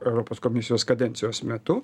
europos komisijos kadencijos metu